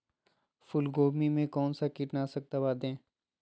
फूलगोभी में कौन सा कीटनाशक दवा दे?